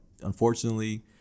unfortunately